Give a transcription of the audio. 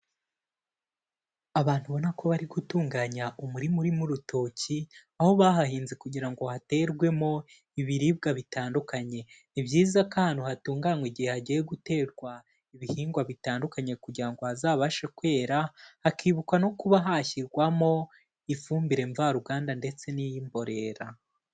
Abantu ubona ko bari gutunganya umurima urimo urutoki aho bahahinze kugira ngo haterwemo ibiringwa bitandukanye, ni byiza ko ahantu hatunganywa igihe hagiye guterwa ibihingwa bitandukanye kugira ngo hazabashe kwera, hakibukwa no kuba hashyirwamo ifumbire mvaruganda ndetse n'iy'imborera.